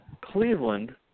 Cleveland